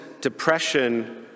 depression